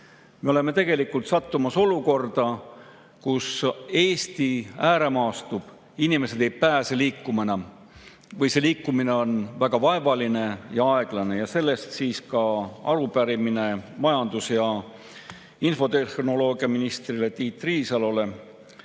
Me oleme sattumas olukorda, kus Eesti ääremaastub, inimesed ei pääse enam liikuma või on see liikumine väga vaevaline ja aeglane. Sellest ka arupärimine majandus- ja infotehnoloogiaminister Tiit Riisalole.